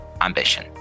ambition